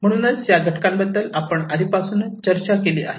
म्हणूनच या घटकांबद्दल आपण आधीपासूनच चर्चा केली आहे